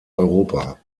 europa